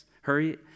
hurry